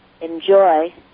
enjoy